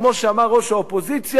כמו שאמר ראש האופוזיציה,